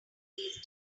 these